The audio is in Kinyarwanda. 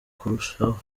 kurushaho